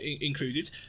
included